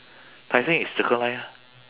tai seng is circle line ah